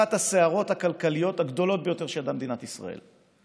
באחת הסערות הכלכליות הגדולות ביותר שידעה מדינת ישראל.